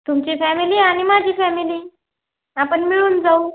तुमची फॅमिली आणि माझी फॅमिली आपण मिळून जाऊ